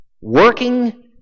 Working